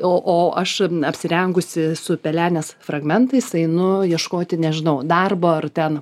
o o aš apsirengusi su pelenės fragmentais einu ieškoti nežinau darbo ar ten